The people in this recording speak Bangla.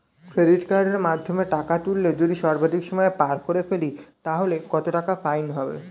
ক্রেডিট কার্ডের মাধ্যমে টাকা তুললে যদি সর্বাধিক সময় পার করে ফেলি তাহলে কত টাকা ফাইন হবে?